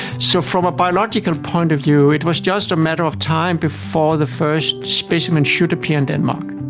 so from a biological point of view it was just a matter of time before the first specimens should appear in denmark.